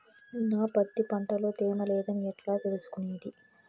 నా పత్తి పంట లో తేమ లేదని ఎట్లా తెలుసుకునేది?